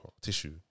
Tissue